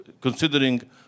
considering